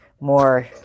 more